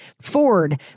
Ford